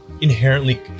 inherently